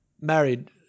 married